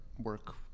Work